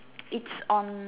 it's on